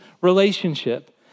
relationship